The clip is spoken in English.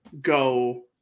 go